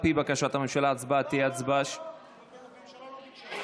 על פי בקשת הממשלה, ההצבעה תהיה הצבעה, לא, לא.